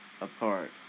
apart